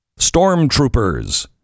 stormtroopers